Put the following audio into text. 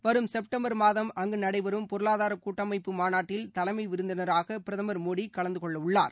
வரும் செப்டம்பா் மாதம் அங்கு நடைபெறும் பொருளாதாரக் கூட்டமைப்பு மாநாட்டில் தலைமை விருந்தினராக பிரதமர் மோடி கலந்துகொள்ள இருக்கிறார்